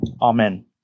Amen